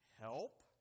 help